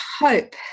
hope